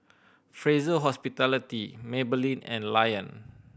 Fraser Hospitality Maybelline and Lion